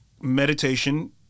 Meditation